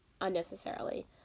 unnecessarily